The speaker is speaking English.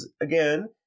again